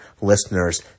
listeners